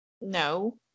No